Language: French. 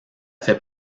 fait